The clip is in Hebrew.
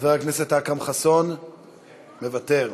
חבר הכנסת אכרם חסון, מוותר,